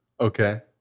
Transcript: Okay